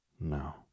No